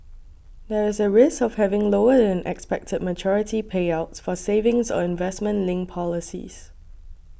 there is a risk of having lower than expected maturity payouts for savings or investment linked policies